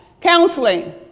Counseling